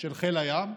של חיל הים,